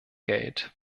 geld